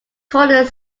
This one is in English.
toilet